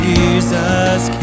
Jesus